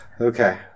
okay